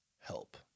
Help